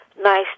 nice